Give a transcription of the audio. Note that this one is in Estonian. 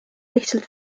lihtsalt